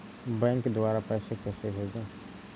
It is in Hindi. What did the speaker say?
बैंक द्वारा पैसे कैसे भेजें?